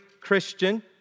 Christian